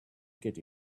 get